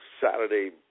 Saturday